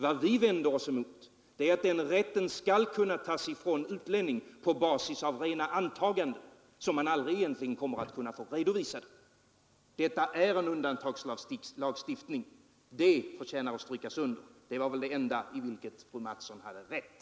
Vad vi vänder oss emot är att den rätten skall kunna tas ifrån utlänning på basis av rena antaganden, som man egentligen aldrig kommer att få redovisade. Detta är en undantagslagstiftning. Det förtjänar att strykas under, och det var väl det enda i vilket fröken Mattson hade rätt.